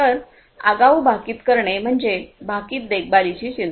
तर आगाऊ भाकित करणे म्हणजे भाकित देखभालीची चिंता